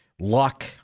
Luck